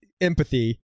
empathy